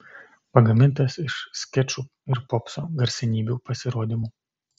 pagamintas iš skečų ir popso garsenybių pasirodymų